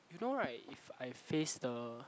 you know right if I face the